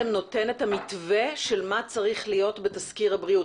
נותן את המתווה של מה צריך להיות בתסקיר הבריאות.